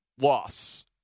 loss